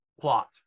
plot